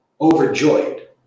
overjoyed